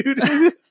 dude